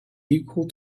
equal